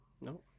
No